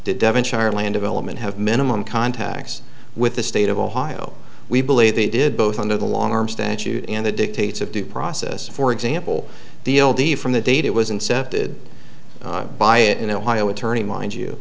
devon charlaine development have minimum contacts with the state of ohio we believe they did both under the long arm statute and the dictates of due process for example deal d from the date it was incepted by in ohio attorney mind you